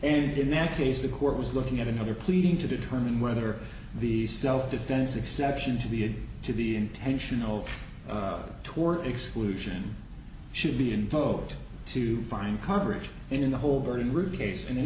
and in that case the court was looking at another pleading to determine whether the self defense exception to the to the intentional tor exclusion should be invoked to find coverage in the whole burning root case and in